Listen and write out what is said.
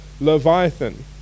Leviathan